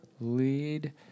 lead